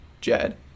Jed